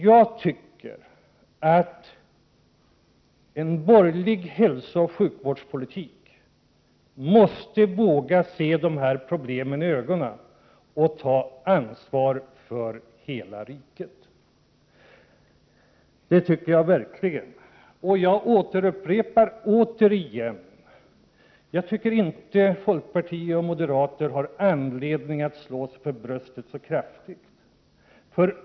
Jag tycker att en borgerlig hälsooch sjukvårdspolitik måste våga se de här problemen i ögonen och ta ansvar för hela riket. Det tycker jag verkligen. Jag upprepar att jag inte tycker att folkpartister och moderater har anledning att så kraftigt slå sig för bröstet.